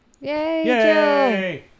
Yay